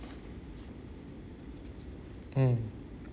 mm